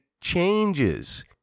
changes